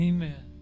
Amen